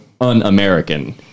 un-American